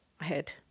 ahead